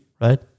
right